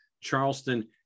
Charleston